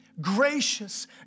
gracious